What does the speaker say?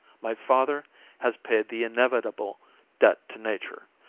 my father has paid the inevitable debt to nature.